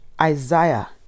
Isaiah